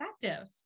effective